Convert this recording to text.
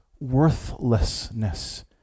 worthlessness